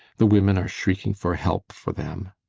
the women are shrieking for help for them